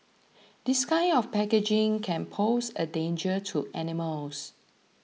this kind of packaging can pose a danger to animals